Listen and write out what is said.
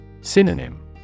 Synonym